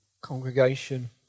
congregation